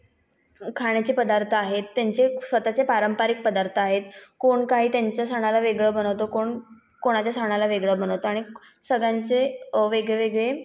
खाण्याचे पदार्थ आहेत त्यांचे स्वतःचे पारंपारिक पदार्थ आहेत कोण काही त्यांच्या सणाला वेगळं बनवतं कोण कोणाच्या सणाला वेगळं बनवतं आणि सगळ्यांचे वेगळेवेगळे